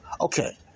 Okay